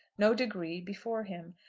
no degree before him.